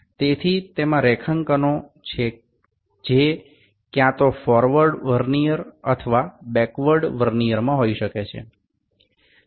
તેથી તેમાં રેખાંકનો છે જે ક્યાં તો ફોરવર્ડ વર્નિયર અથવા બૅકવર્ડ વર્નિયરમાં હોઈ શકે છે